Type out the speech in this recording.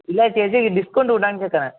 இல்லாட்டி ஏதாச்சும் டிஸ்கவுண்ட் உண்டான்னு கேட்கறேன்